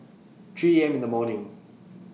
three A M This morning